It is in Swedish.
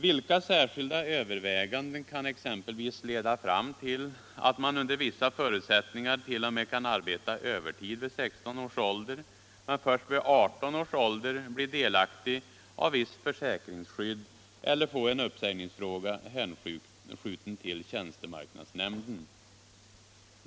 Vilka särskilda överväganden kan exempelvis leda fram till att man under vissa förutsättningar t.o.m. kan arbeta övertid vid 16 års ålder men först vid 18 års ålder blir delaktig av visst försäkringsskydd eller kan få en uppsägningsfråga hänskjuten till tjänstemarknadsnämnden?